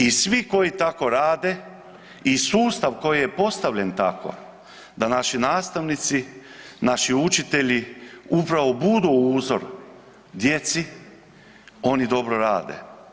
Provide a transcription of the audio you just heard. I svi koji tako rade i sustav koji je postavljen tako, da naši nastavnici, naši učitelji upravo budu uzor djeci, oni dobro rade.